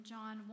John